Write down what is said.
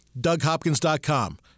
DougHopkins.com